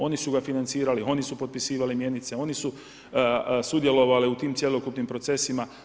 Oni su ga financirali, oni su potpisivali mjenice, oni su sudjelovali u tim cjelokupnim procesima.